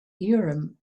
urim